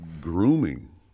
grooming